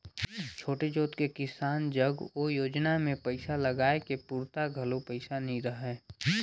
छोटे जोत के किसान जग ओ योजना मे पइसा लगाए के पूरता घलो पइसा नइ रहय